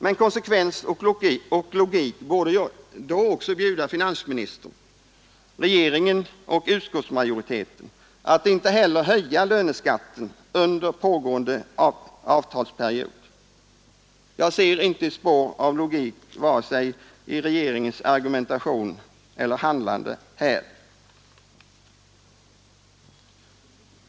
Men konsekvens och logik borde då också ha bjudit finansministern, regeringen och utskottsmajoriteten att inte heller höja löneskatten under pågående avtalsperiod. Jag ser inte ett spår av logik vare sig i regeringens argumentation eller handlande.